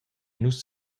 nus